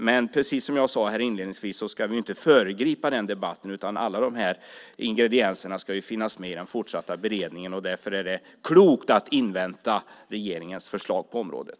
Men precis som jag sade inledningsvis ska vi inte föregripa den debatten, utan alla de här ingredienserna ska finnas med i den fortsatta beredningen. Därför är det klokt att invänta regeringens förslag på området.